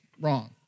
wrong